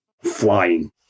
Flying